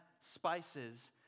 spices